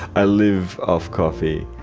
i live off coffee.